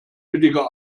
billiger